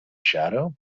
shadow